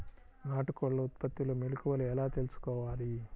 నాటుకోళ్ల ఉత్పత్తిలో మెలుకువలు ఎలా తెలుసుకోవాలి?